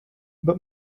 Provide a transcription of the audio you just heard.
but